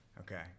okay